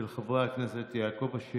מס' 313 ו-314, של חבר הכנסת יעקב אשר